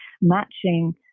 matching